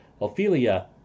Ophelia